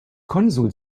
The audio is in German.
konsul